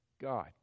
God